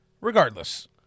Regardless